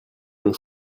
nos